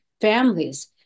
families